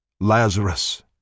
Lazarus